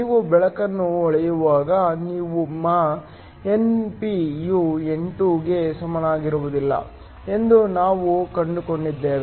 ನೀವು ಬೆಳಕನ್ನು ಹೊಳೆಯುವಾಗ ನಿಮ್ಮ Np ಯು n2 ಗೆ ಸಮನಾಗಿರುವುದಿಲ್ಲ ಎಂದು ನಾವು ಕಂಡುಕೊಂಡಿದ್ದೇವೆ